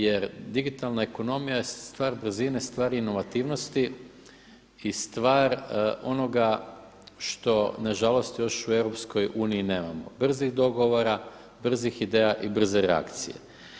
Jer digitalna ekonomija je stvar brzine, stvar inovativnosti i stvar onoga što na žalost još u EU nemamo brzih dogovora, brzih ideja i brze reakcije.